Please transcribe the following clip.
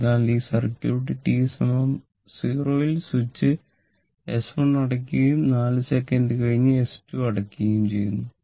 അതിനാൽ ഈ സർക്യൂട്ടിൽ t 0 സ്വിച്ച് S1 അടയ്ക്കുകയും 4 സെക്കൻഡ് കഴിഞ്ഞ് S 2 അടയ്ക്കുകയും ചെയ്യുന്നു